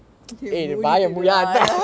okay மூடிட்டு இருடா:mudittu irudaa